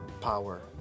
power